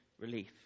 relief